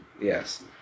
Yes